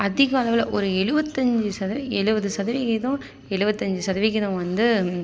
அதிகம் அளவில் ஒரு எழுவத்தஞ்சி சதவீ எழுவது சதவிகிதம் எழுவத்தஞ்சி சதவிகிதம் வந்து